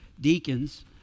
deacons